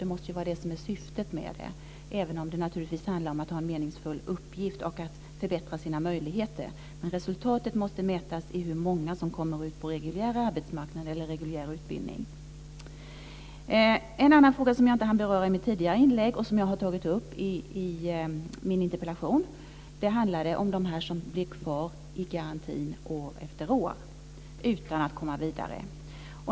Det måste vara syftet med den, även om det naturligtvis handlar om att ha en meningsfull uppgift och att förbättra sina möjligheter. Men resultatet måste mätas i hur många som kommer ut på den reguljära arbetsmarknaden eller i reguljär utbildning. En annan fråga som jag inte hann beröra i mitt tidigare inlägg och som jag har tagit upp i min interpellation handlar om dem som blir kvar i garantin år efter år utan att komma vidare.